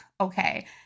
okay